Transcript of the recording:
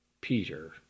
Peter